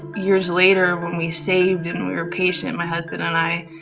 years later when we saved and we were patient, and my husband and i,